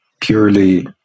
purely